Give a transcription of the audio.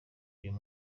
uyu